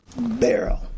barrel